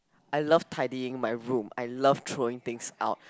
I love tidying my room I love throwing things out